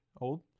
old